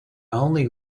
only